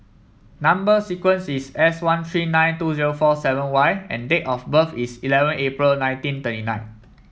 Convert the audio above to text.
number sequence is S one three nine two zero four seven Y and date of birth is eleven April nineteen thirty nine